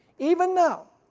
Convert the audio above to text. even now,